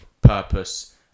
purpose